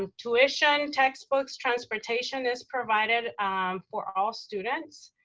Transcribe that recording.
tuition, textbooks, transportation is provided for all students,